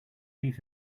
leave